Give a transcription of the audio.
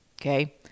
Okay